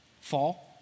Fall